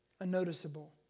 unnoticeable